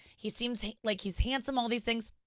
he seems like he's handsome, all these things.